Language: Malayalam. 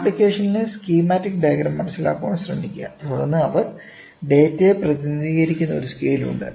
ആപ്ലിക്കേഷന്റെ സ്കീമാറ്റിക് ഡയഗ്രം മനസിലാക്കാൻ ശ്രമിക്കുക തുടർന്ന് അവർ ഡാറ്റയെ പ്രതിനിധീകരിക്കുന്ന ഒരു സ്കെയിൽ ഉണ്ട്